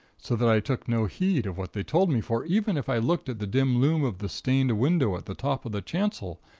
so that i took no heed of what they told me for even if i looked at the dim loom of the stained window at the top of the chancel,